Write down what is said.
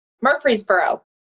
Murfreesboro